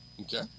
Okay